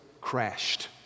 crashed